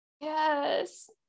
Yes